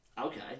okay